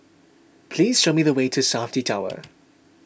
please show me the way to Safti Tower